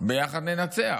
ביחד ננצח.